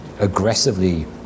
aggressively